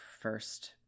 first